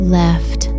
left